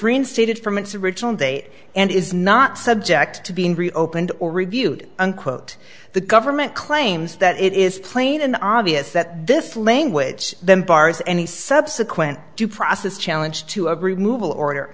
reinstated from its original date and is not subject to being reopened or reviewed unquote the government claims that it is plain and obvious that this language then bars any subsequent due process challenge to a remove all order